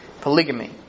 polygamy